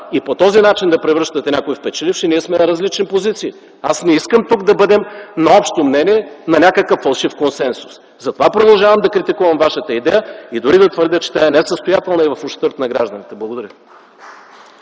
и по този начин да превръщате някого в печеливш, ние сме на различни позиции. Аз не искам тук да бъдем на общо мнение, на някакъв фалшив консенсус. Затова продължавам да критикувам вашата идея и дори да твърдя, че тя е несъстоятелна и в ущърб на гражданите. Благодаря.